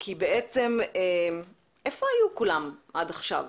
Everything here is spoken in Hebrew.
כי איפה היו כולם עד עכשיו?